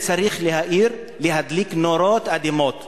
זה צריך להדליק נורות אדומות